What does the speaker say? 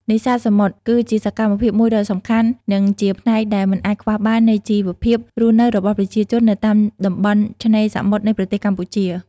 នេសាទសមុទ្រគឺជាសកម្មភាពមួយដ៏សំខាន់ និងជាផ្នែកដែលមិនអាចខ្វះបាននៃជីវភាពរស់នៅរបស់ប្រជាជននៅតាមតំបន់ឆ្នេរសមុទ្រនៃប្រទេសកម្ពុជា។